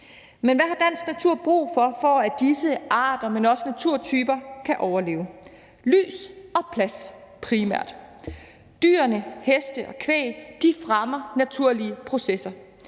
Men hvad har dansk natur brug for, for at disse arter, men også naturtyper kan overleve? Det er primært lys og plads. Dyrene, heste og kvæg, fremmer naturlige processer.